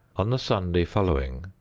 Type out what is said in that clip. on the sunday following,